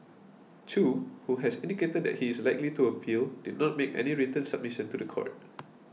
Chew who has indicated that he is likely to appeal did not make any written submission to the court